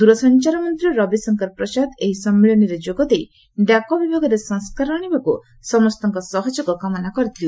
ଦ୍ୱରସଞ୍ଚାର ମନ୍ତ୍ରୀ ରବିଶଙ୍କର ପ୍ରସାଦ ଏହି ସମ୍ମିଳନୀରେ ଯୋଗଦେଇ ଡାକ ବିଭାଗରେ ସଂସ୍କାର ଆଣିବାକୁ ସମସ୍ତଙ୍କ ସହଯୋଗ କାମନା କରିଥିଲେ